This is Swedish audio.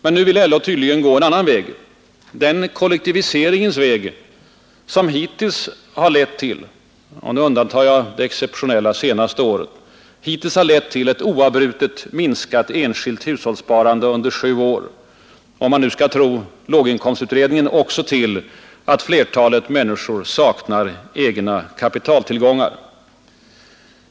Men nu vill LO tydligen gå en annan väg, den kollektiviseringens väg som hittills lett till — om vi undantar det exeptionella senaste året — ett oavbrutet minskat enskilt hushållssparande under snart sju år och, om man skall tro låginkomstutredningen, till att flertalet människor saknar egna kapitaltillgångar.